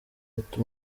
ati